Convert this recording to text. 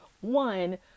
one